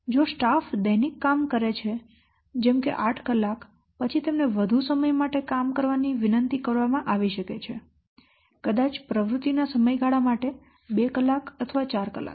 જો સ્ટાફ દૈનિક કામ કરે છે જેમ કે 8 કલાક પછી તેમને વધુ સમય માટે કામ કરવાની વિનંતી કરવામાં આવી શકે છે કદાચ પ્રવૃત્તિના સમયગાળા માટે 2 કલાક અથવા 4 કલાક